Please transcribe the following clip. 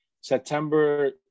September